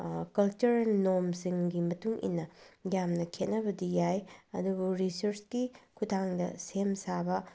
culture ꯅꯣꯔꯝꯁꯁꯤꯡꯒꯤ ꯃꯇꯨꯡꯏꯟꯅ ꯌꯥꯝꯅ ꯈꯦꯠꯅꯕꯗꯤ ꯌꯥꯏ ꯑꯗꯨꯕꯨ ꯔꯤꯁꯔꯁꯀꯤ ꯈꯨꯠꯊꯥꯡꯗ ꯁꯦꯝꯁꯥꯕ